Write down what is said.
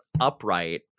upright